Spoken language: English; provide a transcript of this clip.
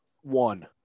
One